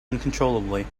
uncontrollably